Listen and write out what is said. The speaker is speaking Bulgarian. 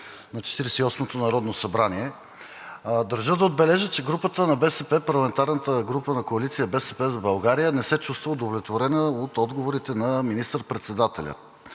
и осмото народно събрание, държа да отбележа, че групата на БСП, парламентарната група на Коалиция „БСП за България“ не се чувства удовлетворена от отговорите на министър-председателя,